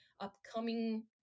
upcoming